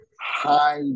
High